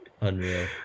unreal